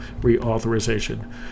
Reauthorization